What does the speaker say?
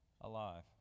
alive